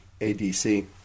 ADC